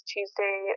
Tuesday